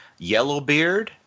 Yellowbeard